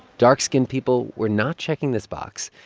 dark-skinned people were not checking this box.